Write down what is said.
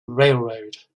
railroad